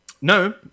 No